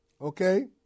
Okay